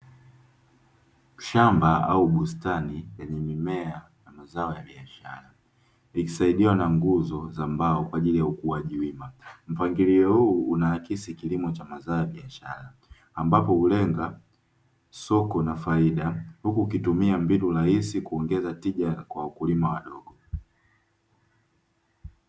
Shamba aubustani yenye mimea na mazao ya biashara. Ikisaidiwa na miguuzo za mbao kwa ajili ya ukuaji wima, mpangilio huu unaakisi kilimo cha mazao ya biashara, ambapo ulenga soko na faida huku ukitumia mbinu rahisi kuongeza tija kwa wakulima wadogo.